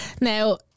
Now